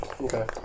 Okay